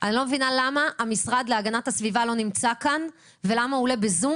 אני לא מבינה למה המשרד להגנת הסביבה לא נמצא כאן ולמה הוא עולה בזום,